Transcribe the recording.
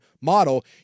model